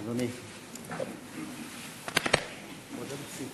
(מחיאות כפיים) חברי הכנסת והמוזמנים מתבקשים